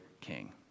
king